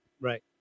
right